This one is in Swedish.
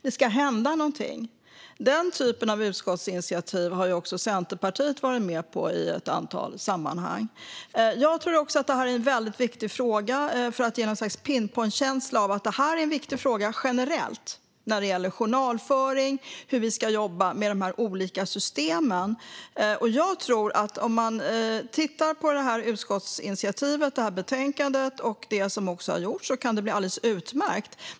Det ska hända någonting. Den typen av utskottsinitiativ har också Centerpartiet varit med på i ett antal sammanhang. Jag tror också att det här är viktigt för att ge någon sorts pinpointkänsla av att det är en viktig fråga generellt hur vi ska jobba med de olika systemen när det gäller journalföring. Jag tror att om man tittar på utskottsinitiativet, på betänkandet och på det som har gjorts kan det bli alldeles utmärkt.